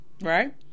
right